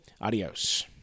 Adios